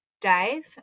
Dave